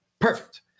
Perfect